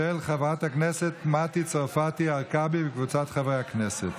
של חברת הכנסת מתי צרפתי הרכבי וקבוצת חברי הכנסת.